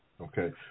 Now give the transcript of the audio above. Okay